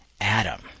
Adam